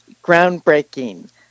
groundbreaking